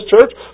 church